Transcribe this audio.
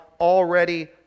already